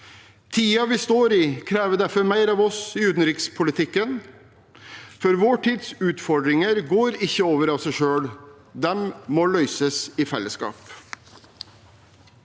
Tiden vi står i, krever derfor mer av oss i utenrikspolitikken, for vår tids utfordringer går ikke over av seg selv. De må løses i fellesskap.